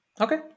Okay